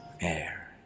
air